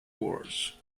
wars